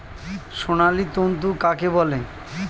সোনালী তন্তু কাকে বলে?